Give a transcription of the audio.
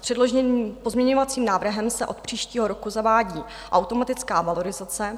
Předloženým pozměňovacím návrhem se od příštího roku zavádí automatická valorizace.